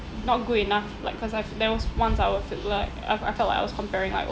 not good enough like cause I've there was once I would feel like I I felt like I was comparing like